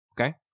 okay